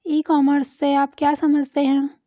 ई commerce से आप क्या समझते हैं?